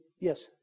yes